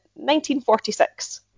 1946